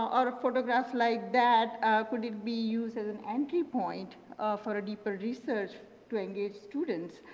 um or a photograph like that could it be used as an entry point for deeper research to engage students.